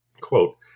Quote